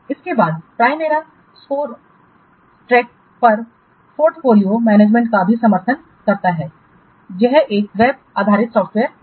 इसके बाद Primera SureTrack यह पोर्टफोलियो मैनेजमेंट का भी समर्थन करता है यह एक वेब आधारित सॉफ्टवेयर भी है